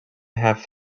have